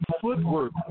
footwork